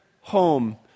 home